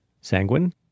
Sanguine